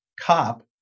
cop